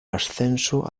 ascenso